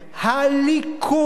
הליכוד.